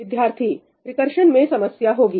विद्यार्थी रिकरशन में समस्या होगी